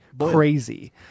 crazy